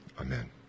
Amen